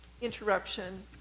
interruption